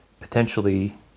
potentially